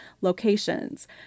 locations